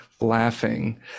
laughing